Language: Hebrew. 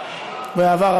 באהבה.